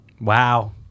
Wow